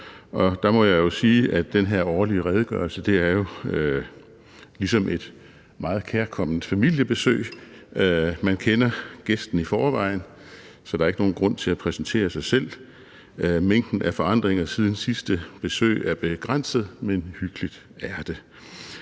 og der må jeg jo sige, at den her årlige redegørelse er ligesom et meget kærkomment familiebesøg. Man kender gæsten i forvejen, så der er ikke nogen grund til at præsentere sig selv, og mængden af forandringer siden sidste besøg er begrænset, men hyggeligt er det.